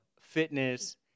fitness